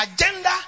agenda